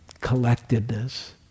collectedness